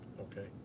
Okay